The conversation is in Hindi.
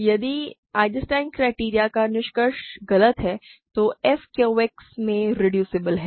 यदि आइजेंस्टाइन क्राइटेरियन का निष्कर्ष गलत है तो f Q X में रेडुसिबल है